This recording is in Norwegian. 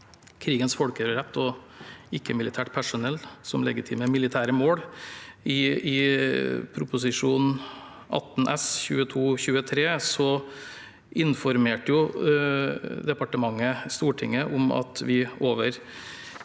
krigens folkerett og ikke-militært personell som legitime militære mål. I Prop. 18 S for 2022– 2023 informerte departementet Stortinget om at vi over